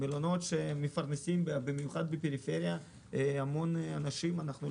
המלונות מפרנסים המון אנשים, במיוחד בפריפריה.